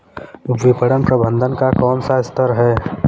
विपणन प्रबंधन का कौन सा स्तर है?